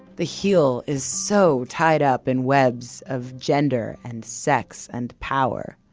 the heel is so tied up in webs of gender and sex and power.